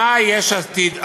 מה יש עתיד עשו?